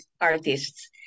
artists